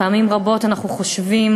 פעמים רבות אנחנו חושבים,